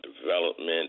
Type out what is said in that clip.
development